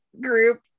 group